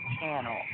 Channel